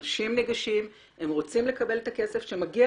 אנשים ניגשים ורוצים לקבל את הכסף שמגיע